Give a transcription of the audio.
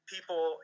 People